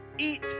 eat